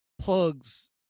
plugs